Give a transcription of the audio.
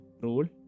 rule